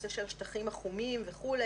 הנושא של השטחים החומים וכו',